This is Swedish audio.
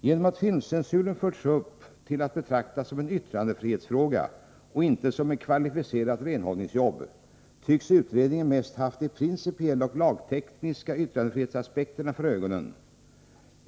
Genom att filmcensuren förts upp till att betraktas som en yttrandefrihetsfråga och inte som som ett kvalificerat renhållningsjobb tycks utredningen mest ha haft de principiella och lagtekniska yttrandefrihetsaspekterna för ögonen.